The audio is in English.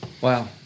Wow